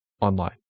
online